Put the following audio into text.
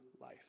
life